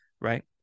right